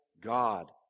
God